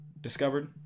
discovered